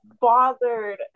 bothered